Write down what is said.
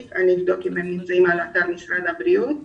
ואבדוק אם הם נמצאים באתר משרד הבריאות.